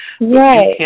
Right